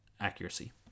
accuracy